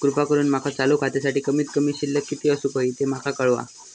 कृपा करून माका चालू खात्यासाठी कमित कमी शिल्लक किती असूक होया ते माका कळवा